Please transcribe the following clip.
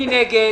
מי נגד?